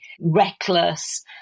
reckless